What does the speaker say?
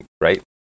right